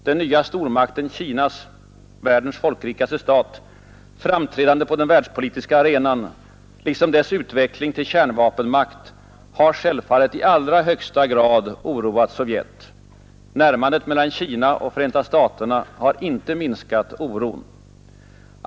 Den nya stormakten Kinas — världens folkrikaste stat — framträdande på den världspolitiska arenan, liksom dess utveckling till kärnvapenmakt, har självfallet i allra högsta grad oroat Sovjet. Närmandet mellan Kina och USA har inte minskat oron.